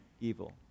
evil